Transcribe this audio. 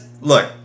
look